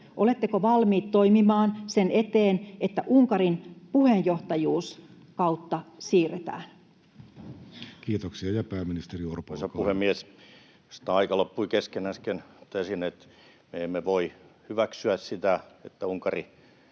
Oletteko valmiit toimimaan sen eteen, että Unkarin puheenjohtajuuskautta siirretään? Kiitoksia. — Ja pääministeri Orpo, olkaa hyvä. Arvoisa puhemies! Aika loppui kesken. Äsken totesin, että me emme voi hyväksyä sitä, että Unkari